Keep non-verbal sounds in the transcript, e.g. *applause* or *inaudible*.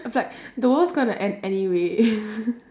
but the world's gonna end anyway *laughs*